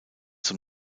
zum